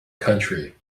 country